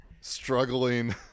struggling